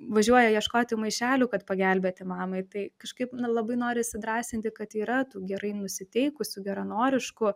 važiuoja ieškoti maišelių kad pagelbėti mamai tai kažkaip na labai norisi drąsinti kad yra tų gerai nusiteikusių geranoriškų